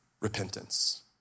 repentance